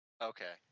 Okay